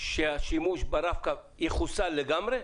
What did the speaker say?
שהשימוש ברב-קו יחוסל לגמרי?